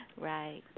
right